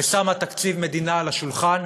ושמה תקציב מדינה על השולחן,